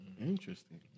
Interesting